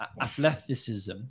athleticism